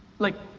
like,